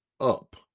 up